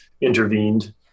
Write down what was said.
intervened